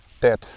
dead